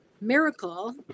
miracle